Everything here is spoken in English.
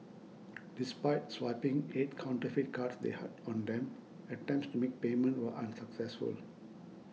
despite swiping eight counterfeit cards they had on them attempts to make payment were unsuccessful